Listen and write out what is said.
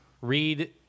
Read